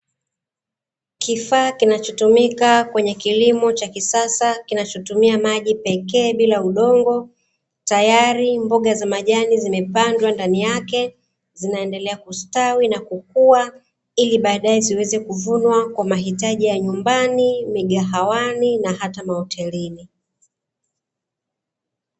Kifaa kinachotumika kwenye kilimo cha kisasa kinacho tumia maji pekee bila udongo tayari mboga zamajani zimepandwa ndani yake, zinaendelea kustawi na kukua ili baadae ziweze kuvunywa kwa ya mahitaji ya nyumbani, migahawani na hata mahotelini.